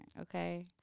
okay